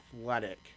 athletic